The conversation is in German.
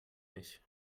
ich